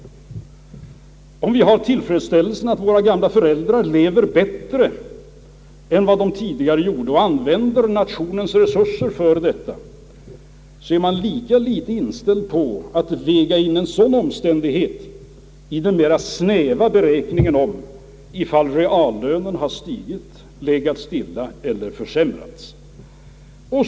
Om vi har tillfredsställelsen att våra gamla föräldrar lever bättre än vad de tidigare gjorde och vi använder nationens resurser för detta är man på fackligt håll lika litet inställd på att väga in en sådan omständighet i den mera snäva beräkningen av huruvida reallönen har stigit, 1legat stilla eller försämrats.